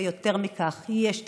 ויותר מכך, יש תקציבים,